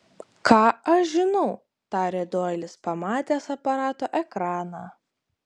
ką aš žinau tarė doilis pamatęs aparato ekraną